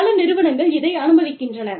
பல நிறுவனங்கள் இதை அனுமதிக்கின்றன